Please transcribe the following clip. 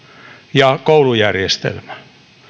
ja koulujärjestelmä